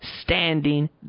standing